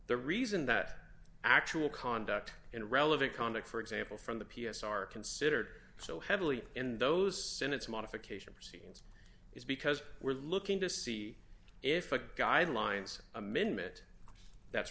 the reason that actual conduct and relevant conduct for example from the p s are considered so heavily in those sentence modification proceeding is because we're looking to see if a guidelines amendment that's